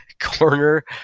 Corner